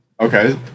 Okay